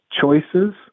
choices